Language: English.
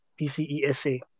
PCESA